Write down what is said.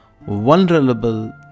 vulnerable